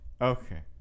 Okay